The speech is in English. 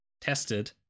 tested